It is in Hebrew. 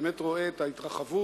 באמת רואה את ההתרחבות